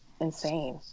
insane